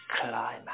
climax